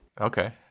Okay